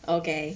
okay